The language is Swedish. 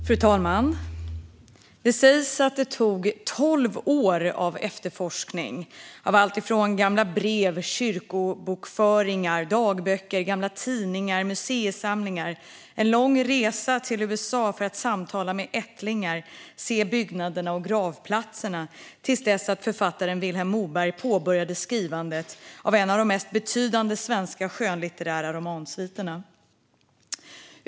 Fru talman! Det sägs att det tog tolv år av efterforskning i allt från gamla brev till kyrkobokföring, dagböcker, gamla tidningar och museisamlingar samt en lång resa till USA för att samtala med ättlingar och se byggnaderna och gravplatserna innan författaren Vilhelm Moberg påbörjade skrivandet av en av de mest betydande svenska skönlitterära romansviterna.